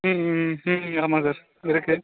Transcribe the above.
ம் ம் ம் ம் ம் ஆமாம் சார் இருக்கு